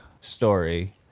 story